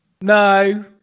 No